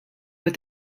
with